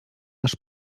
nasz